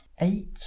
eight